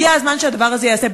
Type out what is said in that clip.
הגיע הזמן שהדבר הזה ייעשה.